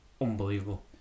unbelievable